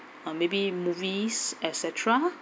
um maybe movies et cetera